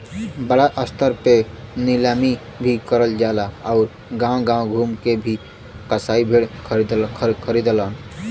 बड़ा स्तर पे नीलामी भी करल जाला आउर गांव गांव घूम के भी कसाई भेड़ खरीदलन